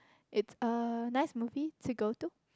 it's a nice movie to go to